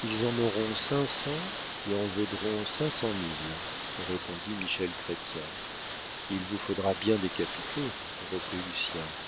ils en auront cinq cents qui en vaudront cinq cent mille répondit michel chrestien il vous faudra bien des capitaux reprit lucien